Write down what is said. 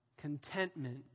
Contentment